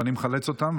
ואני מחלץ אותם,